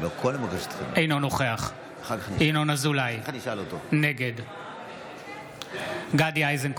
אינו נוכח ינון אזולאי, נגד גדי איזנקוט,